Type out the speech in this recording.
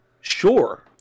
Sure